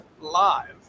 live